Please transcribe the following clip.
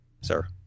sir